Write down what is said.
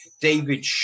David